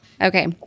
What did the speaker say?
Okay